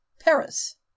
Paris